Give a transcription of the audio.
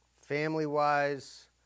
family-wise